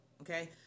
okay